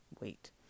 wait